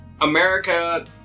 America